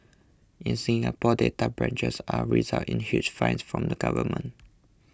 in Singapore data breaches are result in huge fines from the government